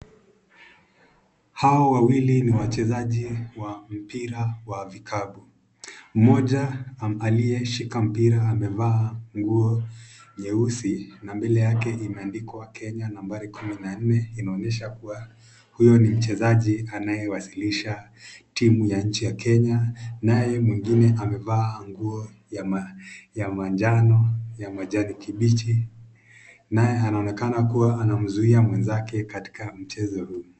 Hawa wawili ni wachezaji wa mpira wa vikapu. Mmoja aliyeshika mpira amevaa nguo nyeusi na mbele yake imeandikwa Kenya nambari kumi na nne inaonyesha kuwa huyo ni mchezaji anayewakilisha timu ya nchi ya Kenya. Naye mwingine amevaa nguo ya manjano ya majani kibichi, naye anaonekana kuwa anamzuia mwenzake katika mchezo huu.